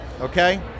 okay